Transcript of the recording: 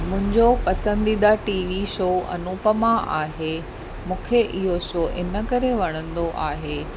मुंहिंजो पसंदीदा TV show Anupama आहे मूंखे इहो शो इन करे वणंदो आहे